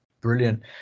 Brilliant